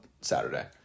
Saturday